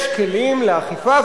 יש כלים לאכיפה,